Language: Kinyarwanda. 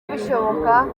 bishiboka